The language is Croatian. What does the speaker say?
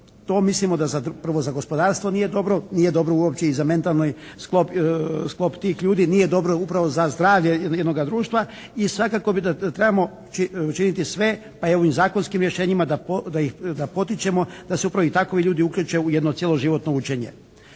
to mislimo da za, prvo ga gospodarstvo nije dobro. Nije dobro uopće i za mentalni sklop tih ljudi, nije dobro upravo za zdravlje jednoga društva i svakako bi da trebamo učiniti sve pa i ovim zakonskim rješenjima da potičemo, da se upravo i takovi ljudi uključe u jedno cijeloživotno učenje.